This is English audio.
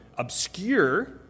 obscure